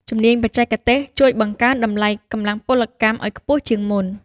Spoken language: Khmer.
ជំនាញបច្ចេកទេសជួយបង្កើនតម្លៃកម្លាំងពលកម្មឱ្យខ្ពស់ជាងមុន។